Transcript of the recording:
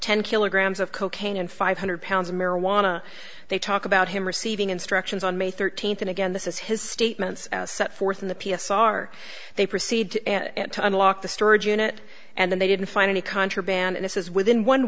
ten kilograms of cocaine and five hundred pounds of marijuana they talk about him receiving instructions on may thirteenth and again this is his statements as set forth in the p s r they proceed to unlock the storage unit and then they didn't find any contraband this is within one